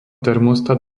termostat